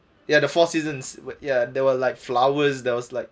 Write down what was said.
ya the four seasons were ya there were like flowers there was like